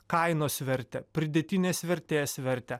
kainos vertę pridėtinės vertės vertę